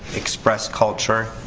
express culture,